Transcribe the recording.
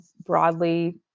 broadly